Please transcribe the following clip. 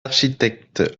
architectes